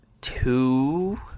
two